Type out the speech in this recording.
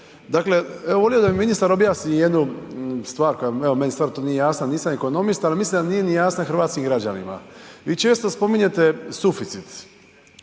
Dakle, volio bih da mi ministar objasni jednu stvar evo stvarno to meni nije jasno jel nisam ekonomista, ali mislim da nije ni jasna hrvatskim građanima. Vi često spominjete suficit,